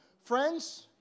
Friends